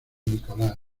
nicolás